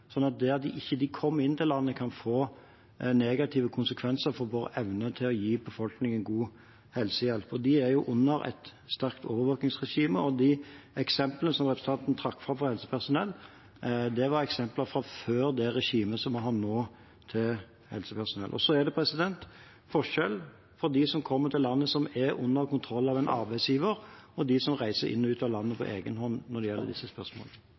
sånn at det at de ikke kommer inn i landet, kan få negative konsekvenser for vår evne til å gi befolkningen god helsehjelp. De er under et sterkt overvåkingsregime, og de eksemplene som representanten trakk fram for helsepersonell, var eksempler fra før det regimet for helsepersonell som vi har nå. Når det gjelder disse spørsmålene, er det forskjell på dem som kommer til landet, og som er under kontroll av en arbeidsgiver, og dem som reiser inn og ut av landet på egen hånd.